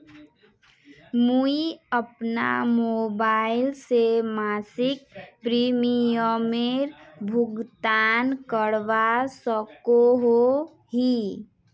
मुई अपना मोबाईल से मासिक प्रीमियमेर भुगतान करवा सकोहो ही?